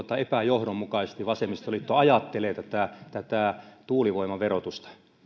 epäjohdonmukaisesti vasemmistoliitto ajattelee tätä tätä tuulivoiman verotusta